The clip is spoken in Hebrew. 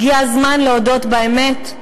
הגיע הזמן להודות באמת,